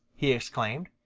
he exclaimed.